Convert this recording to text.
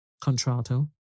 contralto